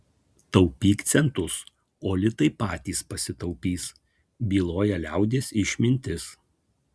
taupyk centus o litai patys pasitaupys byloja liaudies išmintis